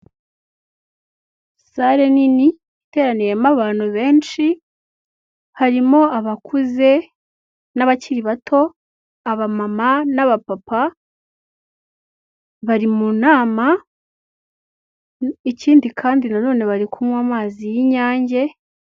Sale nini iteraniyemo abantu benshi harimo abakuze n'abakiri bato, aba mama, n'aba papa bari mu nama ikindi kandi na none bari kunywa amazi y'inyange.